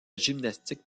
gymnastique